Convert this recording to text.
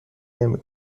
نمی